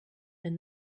than